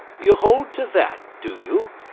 you hold to that, do you